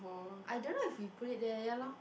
I don't know if you put it there ya lor